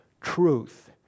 truth